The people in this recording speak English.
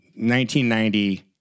1990